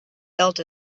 felt